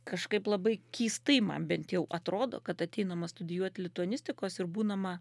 kažkaip labai keistai man bent jau atrodo kad ateinama studijuot lituanistikos ir būnama